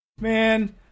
man